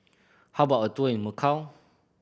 how about a tour in Macau